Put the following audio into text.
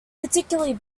particularly